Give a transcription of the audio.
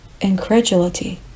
incredulity